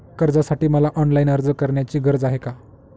कर्जासाठी मला ऑनलाईन अर्ज करण्याची गरज आहे का?